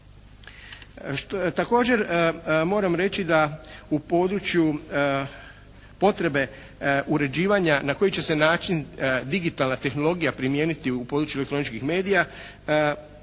Također moram reći da u području potrebe uređivanja na koji će se način digitalna tehnologija primijeniti u području elektroničkih medija